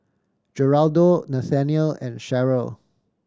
Geraldo Nathanial and Sheryl